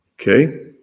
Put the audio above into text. Okay